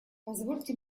позвольте